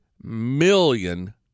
million